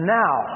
now